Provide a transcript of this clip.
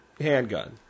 handgun